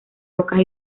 rocas